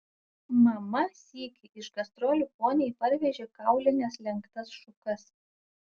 mama sykį iš gastrolių poniai parvežė kaulines lenktas šukas